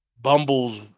Bumble's